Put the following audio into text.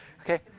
Okay